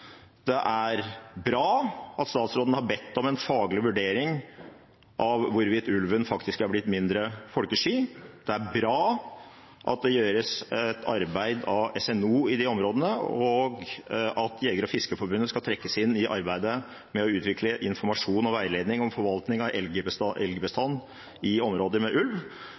Det er bra at statsråden har bedt om en faglig vurdering av hvorvidt ulven faktisk er blitt mindre folkesky. Det er bra at det gjøres et arbeid av Statens naturoppsyn i de områdene, og at Norges Jeger- og Fiskerforbund skal trekkes inn i arbeidet med å utvikle informasjon og veiledning om forvaltning av elgbestanden i områder med ulv.